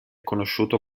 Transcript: conosciuto